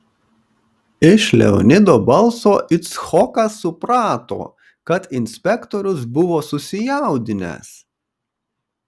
iš leonido balso icchokas suprato kad inspektorius buvo susijaudinęs